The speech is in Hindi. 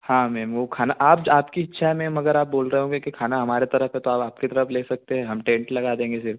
हाँ मैम वो खाना आप आपकी इच्छा है मैम अगर आप बोल रहे होगे कि खाना हमारे तरफ है तो आप आपके तरफ ले सकते हैं हम टेंट लगा देंगे फिर